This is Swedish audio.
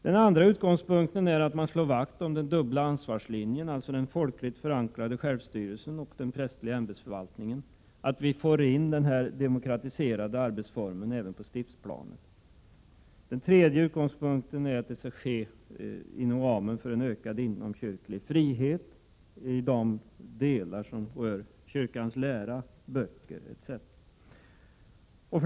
Den andra utgångspunkten är att man slår vakt om den dubbla ansvarslinjen — alltså den folkligt förankrade självstyrelsen och den prästerliga ämbetsförvaltningen —, att vi får in den här demokratiserade arbetsformen även på stiftsplanet. Den tredje utgångspunkten är att detta skall ske inom ramen för en ökad inomkyrklig frihet i de delar som rör kyrkans lära, böcker etc.